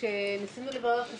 כשניסינו לברר את הסיבה,